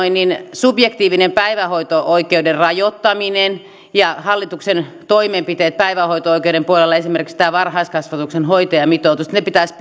subjektiivisen päivähoito oikeuden rajoittaminen ja hallituksen toimenpiteet päivähoito oikeuden puolella esimerkiksi varhaiskasvatuksen hoitajamitoitus pitäisi